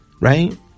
Right